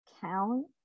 count